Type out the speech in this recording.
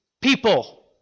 people